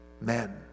Men